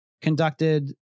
conducted